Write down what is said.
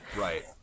right